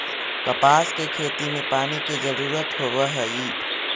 कपास के खेती में पानी के जरूरत होवऽ हई